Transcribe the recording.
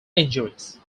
injuries